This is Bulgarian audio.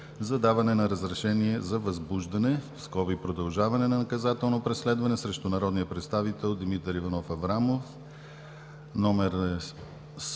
за даване на разрешение за възбуждане (продължаване) на наказателно преследване срещу народния представител Димитър Иванов Аврамов,